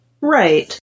Right